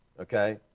Okay